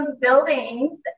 buildings